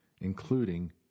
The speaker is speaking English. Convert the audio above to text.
including